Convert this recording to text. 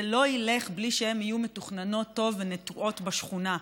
זה לא ילך בלי שהן יהיו מתוכננות טוב ונטועות בשכונה.